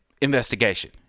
investigation